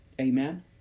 amen